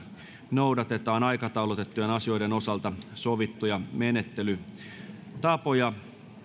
noudatetaan aikataulutettujen asioiden osalta sovittuja menettelytapoja